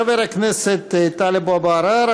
חבר הכנסת טלב אבו עראר.